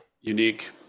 unique